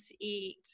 eat